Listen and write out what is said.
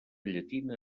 llatina